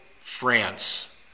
France